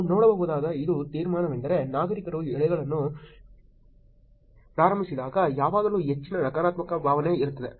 ನಾವು ನೋಡಬಹುದಾದ ಒಂದು ತೀರ್ಮಾನವೆಂದರೆ ನಾಗರಿಕರು ಎಳೆಗಳನ್ನು ಪ್ರಾರಂಭಿಸಿದಾಗ ಯಾವಾಗಲೂ ಹೆಚ್ಚಿನ ನಕಾರಾತ್ಮಕ ಭಾವನೆ ಇರುತ್ತದೆ